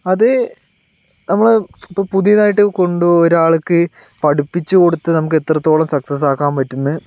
അത് നമ്മൾ ഇപ്പോൾ പുതിയതായിട്ട് കൊണ്ടു ഒരാൾക്ക് പഠിപ്പിച്ചുകൊടുത്ത് നമുക്ക് എത്രത്തോളം സക്സസ്സാക്കാൻ പറ്റുമെന്ന്